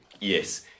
Yes